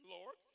Lord